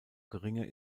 geringer